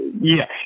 Yes